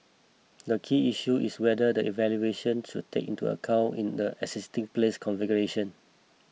the key issue is whether the valuation should take into account in the existing place configuration